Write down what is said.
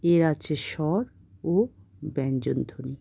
এর আছে স্বর ও ব্যঞ্জনধ্বনি